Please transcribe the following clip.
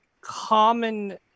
common